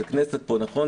זו הכנסת פה, נכון?